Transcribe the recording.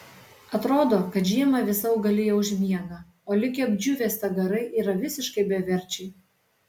atrodo kad žiemą visa augalija užmiega o likę apdžiūvę stagarai yra visiškai beverčiai